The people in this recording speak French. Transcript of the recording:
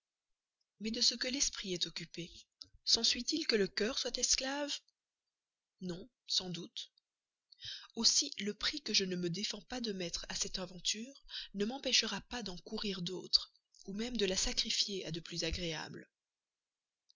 mais de ce que l'esprit est occupé sensuit il que le cœur soit esclave non sans doute aussi le prix que je ne me défends pas de mettre à cette aventure ne m'empêchera pas d'en courir d'autres ou même de la sacrifier à de plus agréables